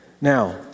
Now